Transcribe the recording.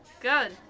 good